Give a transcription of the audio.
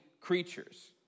creatures